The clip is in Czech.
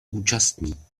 účastní